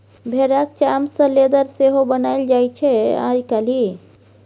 भेराक चाम सँ लेदर सेहो बनाएल जाइ छै आइ काल्हि